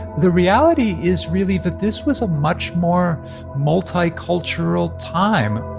the reality is, really, that this was a much more multicultural time,